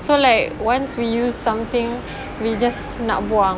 so like once we use something we just nak buang